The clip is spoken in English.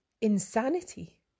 insanity